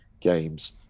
games